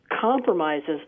compromises